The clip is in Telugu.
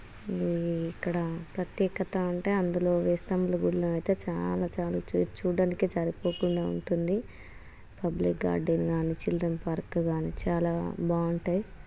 ఇక్కడ ప్రత్యేకత అంటే అందులో వేయి స్తంభాల గుడిలో అయితే చాలా చాలా చూ చూడ్డానికే సరిపోకుండా ఉంటుంది పబ్లిక్ గార్డెన్ కానీ చిల్డ్రన్ పార్కు కానీ చాలా బాగుంటాయి